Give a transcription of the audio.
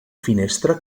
finestra